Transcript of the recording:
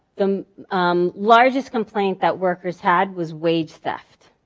the um largest complaint that workers had was wage theft,